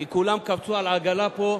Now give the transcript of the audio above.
כי כולם קפצו על העגלה פה.